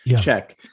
check